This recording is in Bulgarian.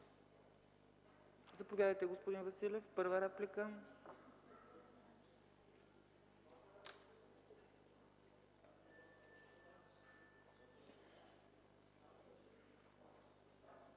Заповядайте, господин Василев – първа реплика.